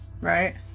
Right